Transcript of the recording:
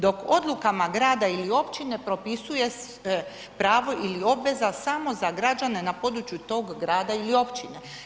Dok odlukama grada ili općine propisuje se pravo ili obveza samo za građane na području tog grada ili općine.